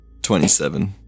27